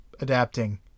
adapting